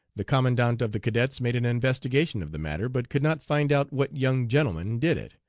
the commandant of the cadets made an investigation of the matter, but could not find out what young gentleman did it,